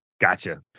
Gotcha